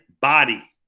body